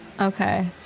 okay